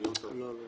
בבקשה.